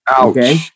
Okay